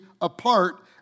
apart